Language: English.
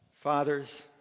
Fathers